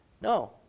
No